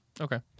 Okay